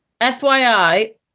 FYI